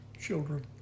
children